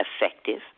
effective